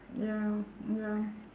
ya ya